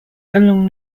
along